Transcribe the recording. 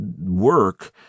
work